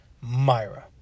Myra